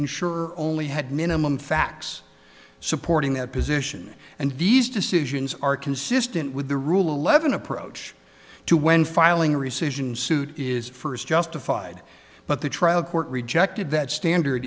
insurer only had minimum facts supporting that position and these decisions are consistent with the rule eleven approach to when filing rescission suit is first justified but the trial court rejected that standard